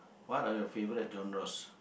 what are your favourite genres